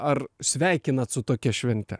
ar sveikinat su tokia švente